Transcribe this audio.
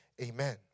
Amen